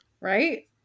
Right